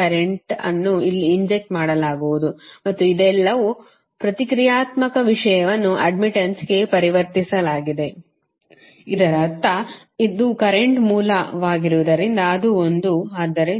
current ಅನ್ನು ಇಲ್ಲಿ inject ಮಾಡಲಾಗುವುದು ಮತ್ತು ಇದೆಲ್ಲವೂ ಪ್ರತಿಕ್ರಿಯಾತ್ಮಕ ವಿಷಯವನ್ನು ಅಡ್ಡ್ಮಿಟ್ಟನ್ಸ್ ಗೆ ಪರಿವರ್ತಿಸಲಾಗಿದೆ ಇದರರ್ಥ ಇದು ಕರೆಂಟ್ ಮೂಲವಾಗಿರುವುದರಿಂದ ಅದು ಒಂದು